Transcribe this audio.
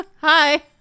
Hi